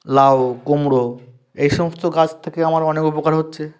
লাউ কুমড়ো এই সমস্ত গাছ থেকে আমার অনেক উপকার হচ্ছে